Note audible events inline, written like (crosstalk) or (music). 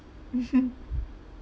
(laughs)